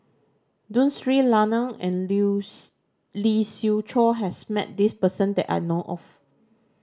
Tun Sri Lanang and Lee Siew Choh has met this person that I know of